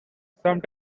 some